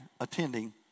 attending